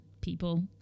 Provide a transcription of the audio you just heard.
people